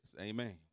Amen